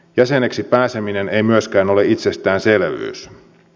jäseneksi pääseminen ei myöskään ole itsestäänselvyys